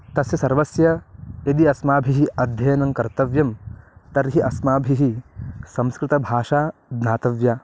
तस्य सर्वस्य यदि अस्माभिः अध्ययनं कर्तव्यं तर्हि अस्माभिः संस्कृतभाषा ज्ञातव्या